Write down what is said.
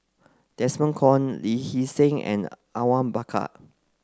Desmond Kon Lee Hee Seng and Awang Bakar